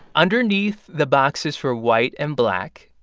underneath the boxes for white and black,